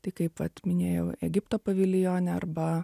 tai kaip vat minėjau egipto paviljone arba